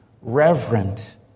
reverent